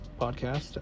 podcast